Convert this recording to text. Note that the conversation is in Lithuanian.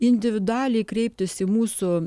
individualiai kreiptis į mūsų